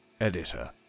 Editor